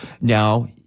Now